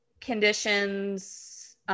conditions